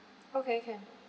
okay can